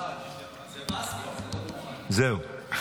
זהו.